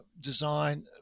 design